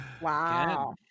wow